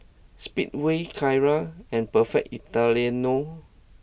Speedway Kara and Perfect Italiano